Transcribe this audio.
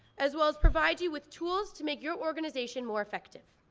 as well as provide you with tools to make your organization more effective.